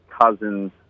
cousin's